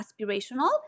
aspirational